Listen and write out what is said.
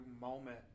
moment